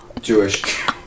Jewish